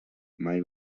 mai